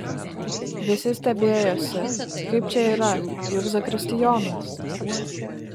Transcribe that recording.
visi stebėjosi kaip čia yra juk zakristijonas